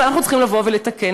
ואנחנו צריכים לבוא ולתקן.